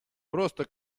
просто